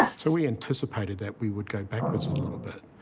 so we anticipated that we would go backwards a little bit,